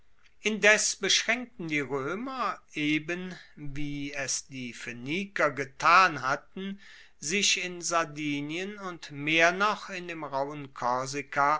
indes beschraenkten die roemer eben wie es die phoeniker getan hatten sich in sardinien und mehr noch in dem rauhen